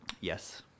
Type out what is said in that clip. Yes